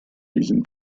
diesem